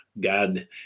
God